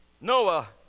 Noah